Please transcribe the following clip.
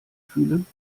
fühlen